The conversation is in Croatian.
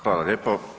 Hvala lijepo.